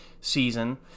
season